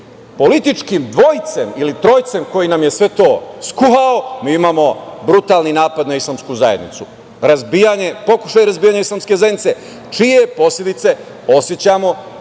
političkim dvojcem ili trojcem koji nam je sve to skuvao. Mi imamo brutalni napad na islamsku zajednicu. Pokušaj razbijanja islamske zajednice, čije posledice osećamo